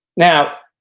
now,